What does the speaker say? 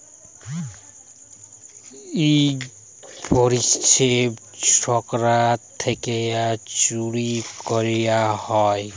ই পরিছেবা ছরকার থ্যাইকে ছুরু ক্যরা হ্যয়